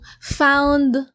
found